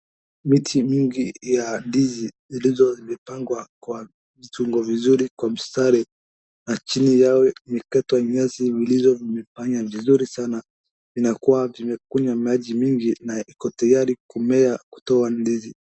Miti mingi ya ndizi zilizopangwa kwa vitungo vizuri kwa mstari na chini yao imekatwa nyasi vilivyo imefanya vizuri sana inakuwa vimekunywa maji mingi na iko tayari kumea kutoa ndizi.